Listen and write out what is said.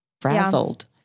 frazzled